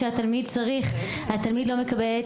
שהורה לא יצטרך להתלבט בין